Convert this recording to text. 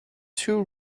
two